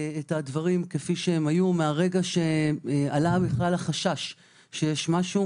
את הדברים כפי שהם היו מהרגע שעלה החשש שיש משהו.